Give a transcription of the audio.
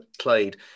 played